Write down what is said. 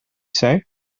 say